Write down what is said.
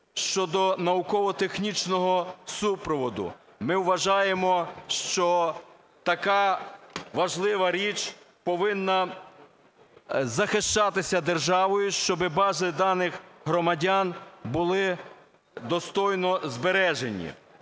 щодо науково-технічного супроводу. Ми вважаємо, що така важлива річ повинна захищатися державою, щоби бази даних громадян були достойно збережені.